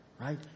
right